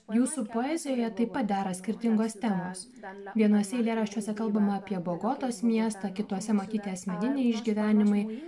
jūsų poezijoje taip pat dera skirtingos temos vienuose eilėraščiuose kalbama apie bogotos miestą kituose matyti asmeniniai išgyvenimai